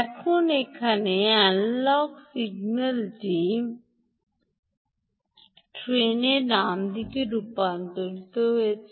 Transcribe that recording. এখন এখানে এনালগ সিগন্যালটি ট্রেনে রূপান্তরিত হয়েছে